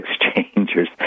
exchangers